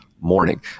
morning